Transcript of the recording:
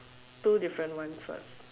two different one suck